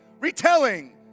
retelling